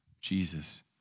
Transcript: Jesus